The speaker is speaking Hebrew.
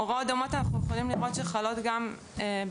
הוראות דומות אנחנו יכולים לראות שחלות גם במקרה